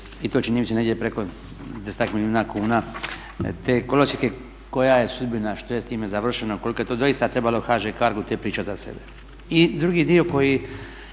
i to čini mi se negdje preko desetak milijuna kuna te kolosijeke. Koja je sudbina, što je s time završeno, koliko je to doista trebalo HŽ Cargo to je priča za sebe. I drugi dio koji